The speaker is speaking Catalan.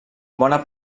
bona